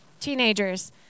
Teenagers